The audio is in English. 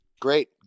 Great